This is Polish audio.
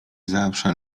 zawsze